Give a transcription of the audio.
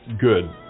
good